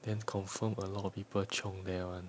then confirm a lot of people chiong there one